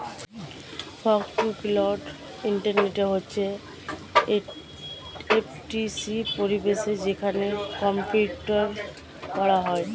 fog to cloud internet হচ্ছে F to C পরিষেবা যেখানে কম্পিউটিং করা হয়